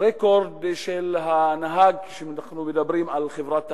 לרקורד של הנהג, כשאנחנו מדברים על חברת תחבורה,